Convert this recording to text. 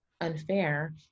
unfair